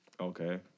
Okay